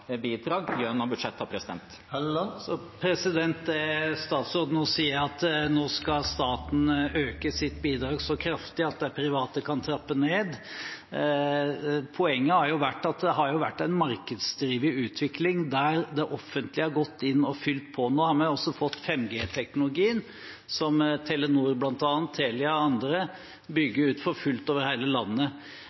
det statsråden nå sier, er at skal staten øke sitt bidrag så kraftig at de private kan trappe ned? Poenget er jo at det har vært en markedsdrevet utvikling der det offentlige har gått inn og fylt på. Nå har vi også fått 5G-teknologien, som bl.a. Telenor, Telia og andre bygger ut for fullt over hele landet.